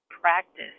practice